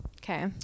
Okay